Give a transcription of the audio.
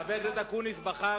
חבר הכנסת אקוניס בחר